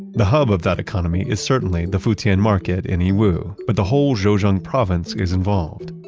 the hub of that economy is certainly the futian market in yiwu, but the whole zhejiang province is involved.